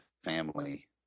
family